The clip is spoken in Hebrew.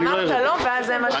אמרת לא ואז זה מה שעשית.